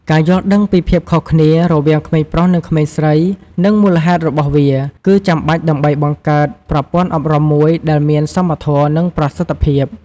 ការយល់ដឹងពីភាពខុសគ្នា រវាងក្មេងប្រុសនិងក្មេងស្រីនិងមូលហេតុរបស់វា គឺចាំបាច់ដើម្បីបង្កើតប្រព័ន្ធអប់រំមួយដែលមានសមធម៌ និងប្រសិទ្ធភាព។